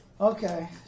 Okay